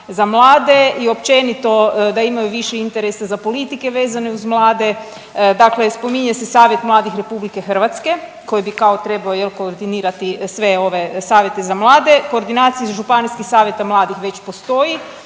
za mlade i općenito da imaju više interesa za politike vezane uz mlade. Dakle, spominje se Savjet mladih Republike Hrvatske koji bi kao trebao koordinirati sve ove Savjete za mlade, koordinacija Županijskih savjeta mladih već postoji,